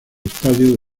estadio